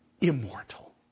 immortal